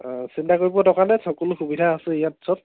অঁ চিন্তা কৰিব দৰকাৰ নাই সকলো সুবিধা আছেই ইয়াত চব